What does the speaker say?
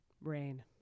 Rain